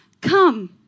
come